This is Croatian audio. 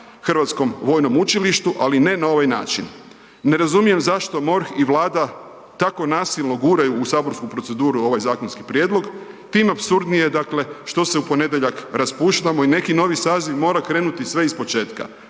rada na HVU, ali ne na ovaj način. Ne razumijem zašto MORH i Vlada tako nasilno guraju u saborsku proceduru ovaj zakonski prijedlog, tim apsurdnije, dakle što se u ponedjeljak raspuštamo i neki novi saziv mora krenuti sve ispočetka.